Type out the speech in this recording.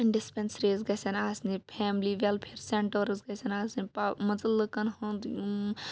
dispensaries گَژھن آسنہٕ family welfare centres گَژھن آسٕنۍ مان ژٕ لُکَن ہُنٛد